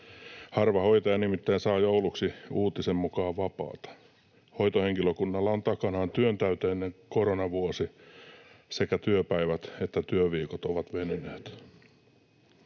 Harva hoitaja nimittäin saa jouluksi uutisen mukaan vapaata. Hoitohenkilökunnalla on takanaan työntäyteinen koronavuosi, sekä työpäivät että työviikot ovat venyneet.